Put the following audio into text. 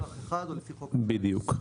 בדיוק.